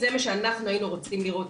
זה מה שאנחנו היינו רוצים לראות.